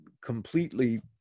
completely